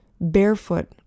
barefoot